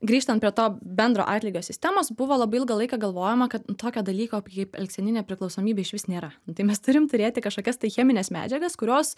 grįžtant prie to bendro atlygio sistemos buvo labai ilgą laiką galvojama kad nu tokio dalyko kaip elgseninė priklausomybė išvis nėra tai mes turim turėti kažkokias tai chemines medžiagas kurios